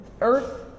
earth